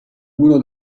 uno